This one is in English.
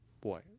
boy